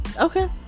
Okay